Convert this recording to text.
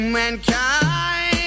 mankind